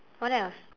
what else